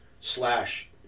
Slash